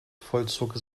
vollzog